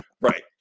Right